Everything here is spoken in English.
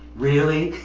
really?